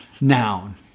noun